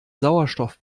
sauerstoff